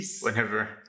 whenever